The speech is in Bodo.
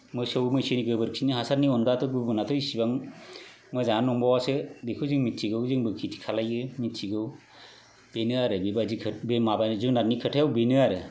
मोसौ मैसोनि गोबोरखिनि हासारनि अनगाथ' गुबुनाथ' इसेबा मोजांआनो नंबावासो बेखौ जों मिथिगौ जोंबो खेति खालायो मिथिगौ बेनो आरो बेबायदि खोथा बे माबा जुनारनि खोथायाव बेनो आरो